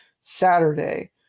Saturday